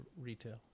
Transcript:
retail